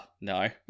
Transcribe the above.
no